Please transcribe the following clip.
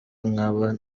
nkaba